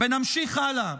ונמשיך הלאה.